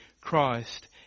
Christ